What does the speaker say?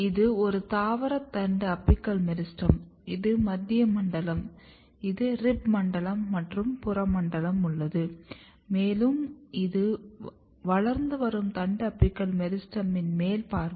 இது ஒரு தாவர தண்டு அபிக்கல் மெரிஸ்டெம் இது மத்திய மண்டலம் ரிப் மண்டலம் மற்றும் புற மண்டலம் உள்ளது மேலும் இது வளர்ந்து வரும் தண்டு அபிக்கல் மெரிஸ்டெமின் மேல் பார்வை